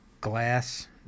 glass